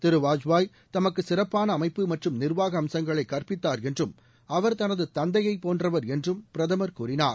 திரு வாஜ்பாய் தமக்கு சிறப்பான அமைப்பு மற்றும் நிர்வாக அம்சங்களை கற்பித்தார் என்றும் அவர் தனது தந்தையை போன்றவர் என்றும் பிரதமர் கூறினார்